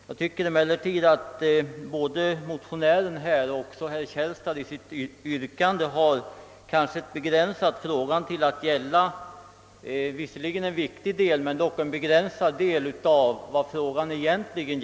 Jag tycker emellertid att både motionärerna och herr Källstad begränsat frågan till att gälla ett visserligen viktigt men dock mindre delproblem.